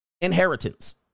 Inheritance